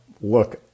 look